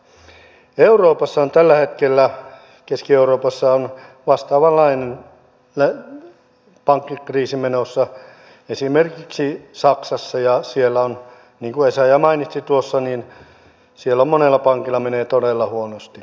keski euroopassa on tällä hetkellä vastaavanlainen pankkikriisi menossa esimerkiksi saksassa ja siellä niin kuin essayah mainitsi tuossa monella pankilla menee todella huonosti